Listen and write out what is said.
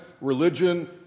religion